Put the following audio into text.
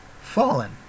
Fallen